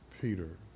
Peter